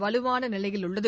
வலுவான நிலையில் உள்ளது